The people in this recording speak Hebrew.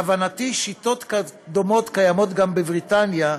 להבנתי, שיטות דומות קיימות גם בבריטניה,